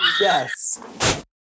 Yes